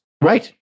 Right